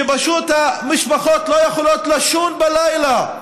פשוט המשפחות לא יכולות לישון בלילה,